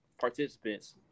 participants